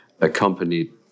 accompanied